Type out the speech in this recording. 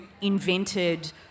invented